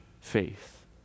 faith